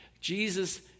Jesus